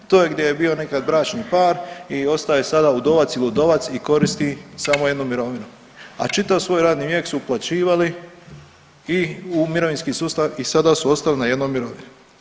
To je gdje je bio nekad bračni par i ostaje sada udovac ili udovac i koristi samo jednu mirovinu, a čitav svoj radni vijek su uplaćivali i u mirovinski sustav i sada su ostali na jednoj mirovini.